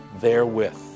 therewith